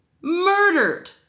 murdered